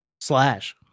Slash